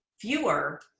fewer